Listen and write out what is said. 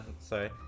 sorry